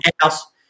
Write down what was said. house